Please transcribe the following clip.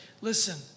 listen